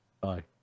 Bye